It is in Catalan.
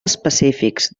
específics